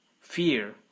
fear